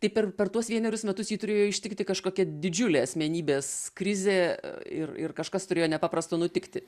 tai per per tuos vienerius metus jį turėjo ištikti kažkokia didžiulė asmenybės krizė ir ir kažkas turėjo nepaprasto nutikti